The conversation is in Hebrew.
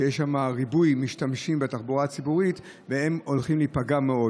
שיש שם ריבוי משתמשים בתחבורה הציבורית והם הולכים להיפגע מאוד.